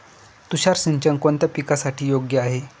तुषार सिंचन कोणत्या पिकासाठी योग्य आहे?